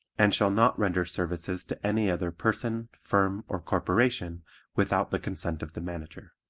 and shall not render services to any other person, firm or corporation without the consent of the manager.